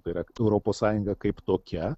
tai yra europos sąjunga kaip tokia